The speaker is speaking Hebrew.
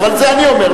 אבל זה אני אומר,